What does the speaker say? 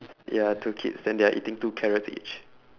ya two kids then they are eating two carrots each